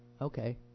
Okay